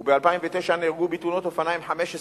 וב-2009 נהרגו בתאונות אופניים 15 אנשים.